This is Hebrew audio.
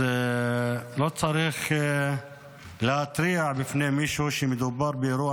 לא צריך להתריע בפני מישהו שמדובר באירוע